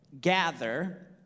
gather